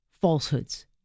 falsehoods